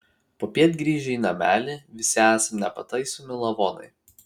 popiet grįžę į namelį visi esam nepataisomi lavonai